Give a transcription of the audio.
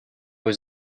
was